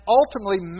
ultimately